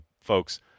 folks